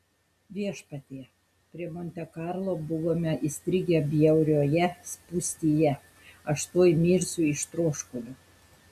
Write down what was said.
viešpatie prie monte karlo buvome įstrigę bjaurioje spūstyje aš tuoj mirsiu iš troškulio